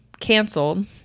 canceled